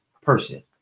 person